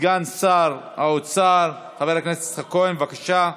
סגן שר האוצר חבר הכנסת יצחק כהן, בבקשה.